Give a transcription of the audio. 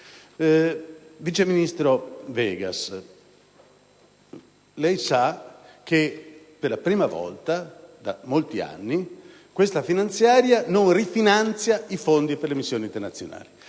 vice ministro Vegas, lei sa che per la prima volta da molti anni questa finanziaria non rifinanzia i fondi per le missioni internazionali.